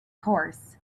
course